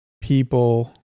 people